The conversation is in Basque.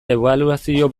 ebaluazio